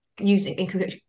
Using